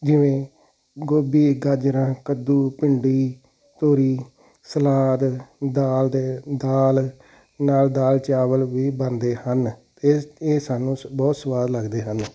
ਜਿਵੇਂ ਗੋਭੀ ਗਾਜਰਾਂ ਕੱਦੂ ਭਿੰਡੀ ਤੋਰੀ ਸਲਾਦ ਦਾਲ ਦੇ ਦਾਲ ਨਾਲ ਦਾਲ ਚਾਵਲ ਵੀ ਬਣਦੇ ਹਨ ਇਹ ਇਹ ਸਾਨੂੰ ਬਹੁਤ ਸਵਾਦ ਲੱਗਦੇ ਹਨ